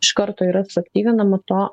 iš karto yra suaktyvinama to